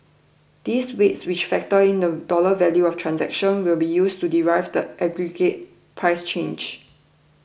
these weights which factor in the dollar value of transactions will be used to derive the aggregate price change